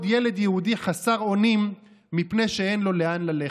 ילד יהודי חסר אונים מפני שאין לו לאן ללכת.